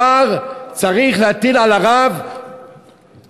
צריך להטיל על הרב מעצר,